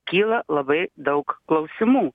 kyla labai daug klausimų